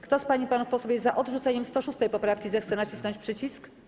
Kto z pań i panów posłów jest za odrzuceniem 106. poprawki, zechce nacisnąć przycisk.